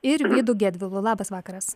ir vydu gedvilu labas vakaras